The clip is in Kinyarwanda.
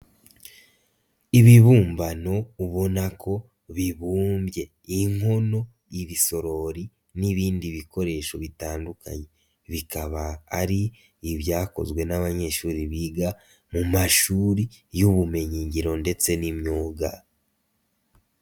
Ibibumbano ubona ko bibumbye, inkono, ibishorori, n'ibindi bikoresho bitandukanye bikaba ari ibyakozwe n'abanyeshuri biga mu mashuri y'ubumenyingiro ndetse n'imyuga.